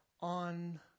on